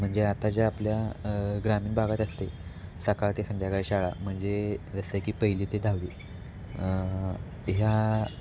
म्हणजे आता ज्या आपल्या ग्रामीण भागात असते सकाळ ते संध्याकाळी शाळा म्हणजे जसं की पहिली ते दहावी ह्या